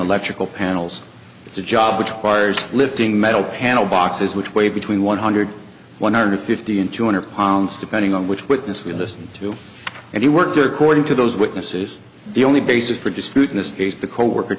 let trickle panels it's a job which requires lifting metal panel boxes which way between one hundred one hundred fifty and two hundred pounds depending on which witness we listen to and he worked according to those witnesses the only basis for dispute in this case the coworker